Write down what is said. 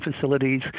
facilities